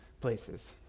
places